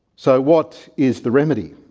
so what is the remedy.